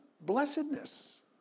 blessedness